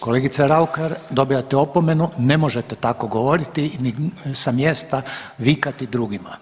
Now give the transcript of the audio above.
Kolegica Raukar dobijate opomenu, ne možete tako govoriti, ni sa mjesta vikati drugima.